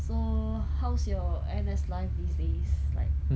so how's your N_S life these days